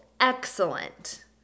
excellent